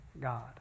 God